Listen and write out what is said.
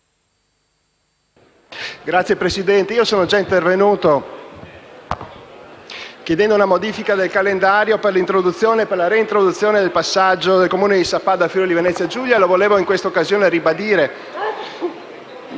Signor Presidente, io sono già intervenuto chiedendo la modifica del calendario per la reintroduzione del passaggio del Comune di Sappada al Friuli-Venezia Giulia e in questa occasione voglio